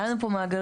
היה לנו פה מאגרים